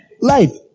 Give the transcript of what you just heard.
life